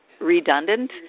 redundant